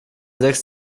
sechs